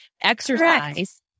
Exercise